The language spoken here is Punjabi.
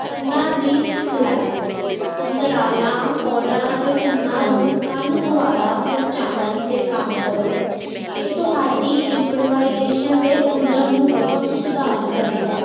ਕੰਨਾਂ ਦੀ ਸਿਖਲਾਈ ਅੰਤਰਾਲਾ ਕੋਡਾਂ ਅਤੇ ਧੁੰਨਾਂ ਨੂੰ ਕੰਨ ਦੁਆਰਾ ਪਛਾਣਨ ਤੇ ਕੰਮ ਕਰੋ ਇਹ ਤੁਹਾਡੀ ਇੰਪਰੋਵਾਈਜੇਸ਼ਨ ਦੇ ਹੁਨਰ ਨੂੰ ਬਹੁਤ ਸੁਧਾਰ ਕਰੇਗਾ